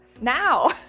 Now